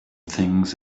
things